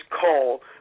call